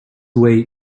way